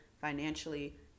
financially